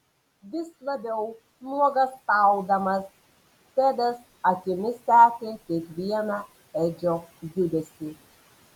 vis labiau nuogąstaudamas tedas akimis sekė kiekvieną edžio judesį